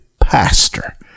pastor